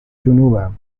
جنوبم